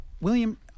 William